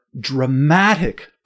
dramatic